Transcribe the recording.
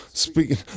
Speaking